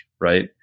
right